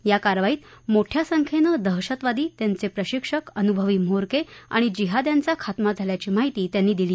या कारवाईत मोठ्या संख्येनं दहशतवादी त्यांचे प्रशिक्षक अनुभवी म्होरके आणि जिहाद्यांचा खात्मा झाल्याची माहिती त्यांनी दिली